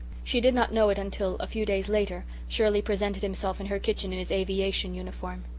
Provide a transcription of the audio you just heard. she did not know it until, a few days later, shirley presented himself in her kitchen in his aviation uniform.